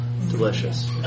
Delicious